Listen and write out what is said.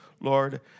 Lord